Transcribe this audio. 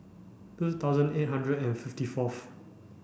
two thousand eight hundred and fifty fourth